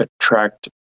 attract